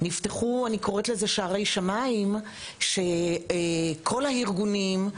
אני קוראת לזה- ״נפתחו שערי שמים״ וכל הארגונים,